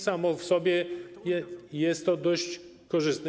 Samo w sobie jest to dość korzystne.